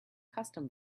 custom